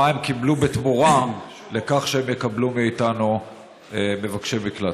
ומה הן קיבלו בתמורה לכך שהן יקבלו מאיתנו מבקשי מקלט?